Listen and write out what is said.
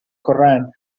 koran